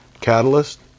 catalyst